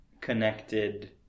connected